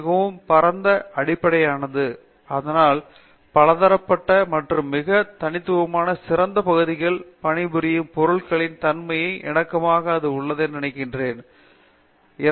இது மிகவும் பரந்த அடிப்படையிலானது அதனால் பலதரப்பட்ட மற்றும் மிகவும் தனித்துவமான சிறப்புப் பகுதிகளில் பணிபுரியும் பொருள்களின் தன்மைக்கு இணக்கமாக உள்ளது என்று நான் நினைக்கிறேன் அது ஒன்றுதான்